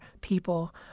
people